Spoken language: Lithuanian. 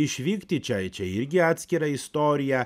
išvykti čia čia irgi atskira istorija